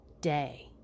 day